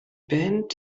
band